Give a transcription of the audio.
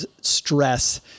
stress